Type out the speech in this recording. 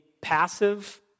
passive